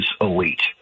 elite